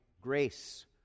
grace